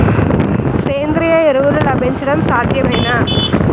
సేంద్రీయ ఎరువులు లభించడం సాధ్యమేనా?